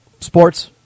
sports